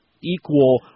equal